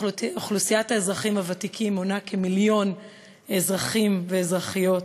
אוכלוסיית האזרחים הוותיקים מונה כ-1 מיליון אזרחים ואזרחיות.